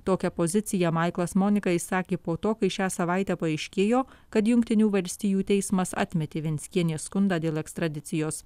tokią poziciją maiklas monika išsakė po to kai šią savaitę paaiškėjo kad jungtinių valstijų teismas atmetė venckienės skundą dėl ekstradicijos